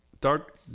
dark